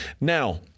Now